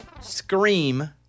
Scream